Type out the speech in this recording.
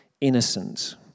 innocent